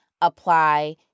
apply